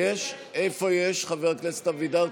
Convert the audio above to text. איפה יש, חבר כנסת אבידר?